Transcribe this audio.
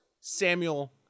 Samuel